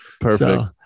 Perfect